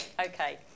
Okay